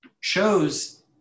shows